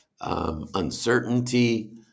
uncertainty